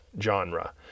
genre